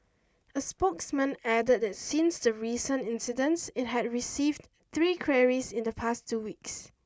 A spokesman added that since the recent incidents it has received three queries in the past two weeks